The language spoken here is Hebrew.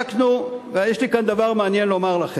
בדקנו, ויש לי כאן דבר מעניין לומר לכם.